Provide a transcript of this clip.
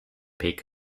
peak